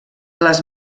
les